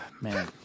Man